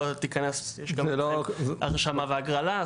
לא תיכנס הרשמה והגרלה.